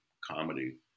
comedy